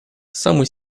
самый